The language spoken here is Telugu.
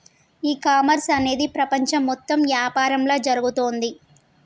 ఈ కామర్స్ అనేది ప్రపంచం మొత్తం యాపారంలా జరుగుతోంది